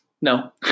No